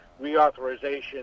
reauthorization